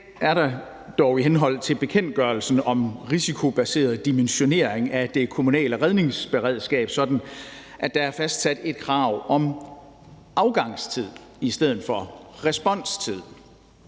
er der dog i henhold til bekendtgørelsen om risikobaseret dimensionering af det kommunale redningsberedskab sådan, at der er fastsat et krav om afgangstid i stedet for responstid.